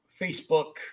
Facebook